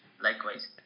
likewise